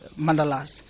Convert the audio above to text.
mandalas